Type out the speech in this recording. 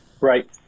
Right